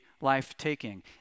life-taking